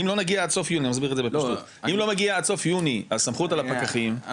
אם לא נגיע עד סוף יוני על הסמכות על הפקחים --- שניה,